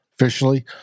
officially